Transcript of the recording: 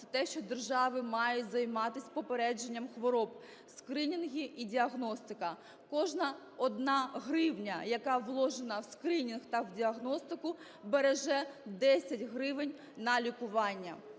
це те, що держави мають займатися попередженням хвороб, скринінги і діагностика. Кожна одна гривня, яка вложена в скринінг та в діагностику, береже 10 гривень на лікування.